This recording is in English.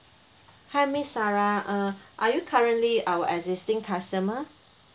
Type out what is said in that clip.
hi miss sarah uh are you currently our existing customer